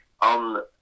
On